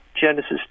Genesis